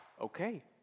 okay